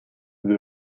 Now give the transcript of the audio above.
the